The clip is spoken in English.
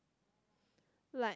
like